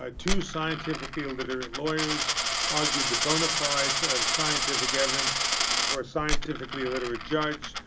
ah two scientifically illiterate lawyers argued the bonafides of scientific evidence before a scientifically illiterate judge,